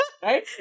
right